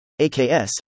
AKS